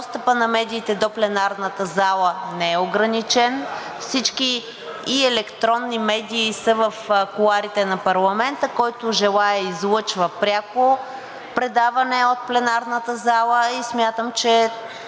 достъпът на медиите до пленарната зала не е ограничен, всички – и електронни медии, са в кулоарите на парламента, който желае, излъчва пряко предаване от пленарната зала и смятам, че